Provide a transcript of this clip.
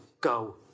go